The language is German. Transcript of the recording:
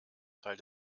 teil